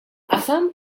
qasam